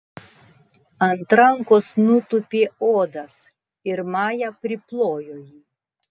ant rankos nutūpė uodas ir maja priplojo jį